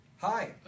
Hi